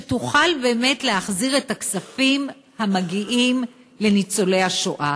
שתוכל באמת להחזיר את הכספים המגיעים לניצולי השואה.